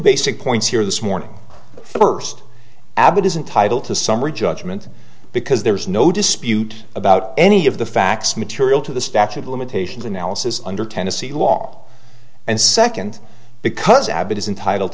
basic points here this morning first abbott is entitle to summary judgment because there is no dispute about any of the facts material to the statute of limitations analysis under tennessee law and second because abbott is entitle